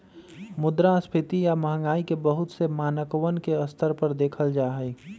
मुद्रास्फीती या महंगाई के बहुत से मानकवन के स्तर पर देखल जाहई